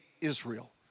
Israel